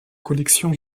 collection